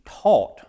taught